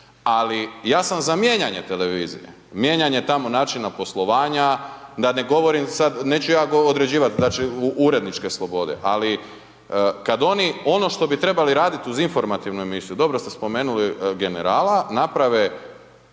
Ali ja sam za mijenjanje televizije, mijenjanje tamo načina poslovanja, da ne govorim sad, neću ja određivat znači uredničke slobode, ali kad oni ono što bi trebali radit uz informativnu emisiju, dobro ste spomenuli „Generala“ naprave